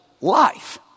life